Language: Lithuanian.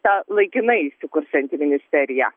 ta laikinai įsikursianti ministerija